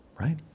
right